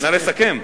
נא לסכם?